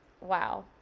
Wow